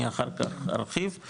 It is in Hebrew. אני אחר כך ארחיב.